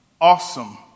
awesome